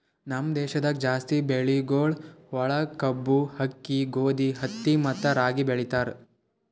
ನಮ್ ದೇಶದಾಗ್ ಜಾಸ್ತಿ ಬೆಳಿಗೊಳ್ ಒಳಗ್ ಕಬ್ಬು, ಆಕ್ಕಿ, ಗೋದಿ, ಹತ್ತಿ ಮತ್ತ ರಾಗಿ ಬೆಳಿತಾರ್